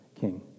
king